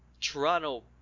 Toronto